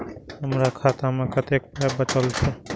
हमर खाता मे कतैक पाय बचल छै